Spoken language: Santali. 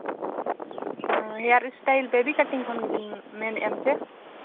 ᱦᱮᱭᱟᱨ ᱥᱴᱟᱭᱤᱞ ᱵᱮᱵᱤ ᱠᱟᱴᱤᱝ ᱠᱷᱚᱱ ᱜᱮᱵᱤᱱ ᱢᱮᱱᱮᱫᱼᱟ ᱥᱮ